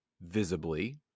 visibly